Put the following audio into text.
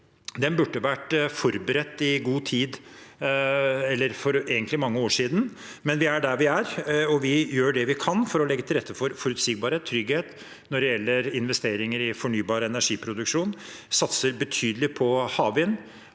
Den burde vært forberedt i god tid, eller egentlig for mange år siden, men vi er der vi er, og vi gjør det vi kan for å legge til rette for forutsigbarhet og trygghet når det gjelder investeringer i fornybar energiproduksjon. Vi satser betydelig på havvind